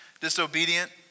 disobedient